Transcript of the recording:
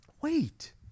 Wait